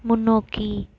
முன்னோக்கி